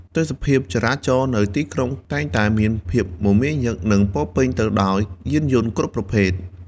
ទេសភាពចរាចរណ៍នៅក្នុងទីក្រុងតែងតែមានភាពមមាញឹក និងពោរពេញទៅដោយយានយន្តគ្រប់ប្រភេទ។